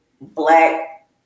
Black